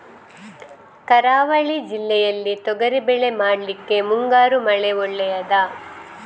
ಕರಾವಳಿ ಜಿಲ್ಲೆಯಲ್ಲಿ ತೊಗರಿಬೇಳೆ ಮಾಡ್ಲಿಕ್ಕೆ ಮುಂಗಾರು ಮಳೆ ಒಳ್ಳೆಯದ?